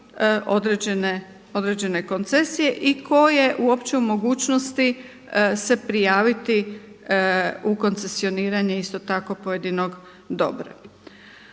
određene koncesije i koje uopće u mogućnosti se prijaviti u koncesioniranje isto tako pojedinog dobra.